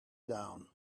down